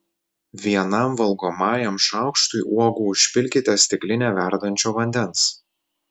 vienam valgomajam šaukštui uogų užpilkite stiklinę verdančio vandens